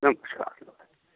अच्छा